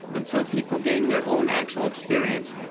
until people gain their own actual experience,